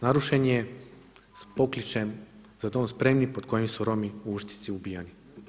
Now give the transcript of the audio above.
Narušen je s pokličem „Za dom spremni“ pod kojim su Romi u Uštici ubijani.